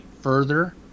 further